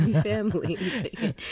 family